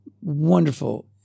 Wonderful